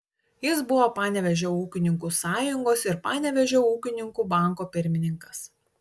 jis buvo panevėžio ūkininkų sąjungos ir panevėžio ūkininkų banko pirmininkas